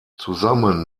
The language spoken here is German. zusammen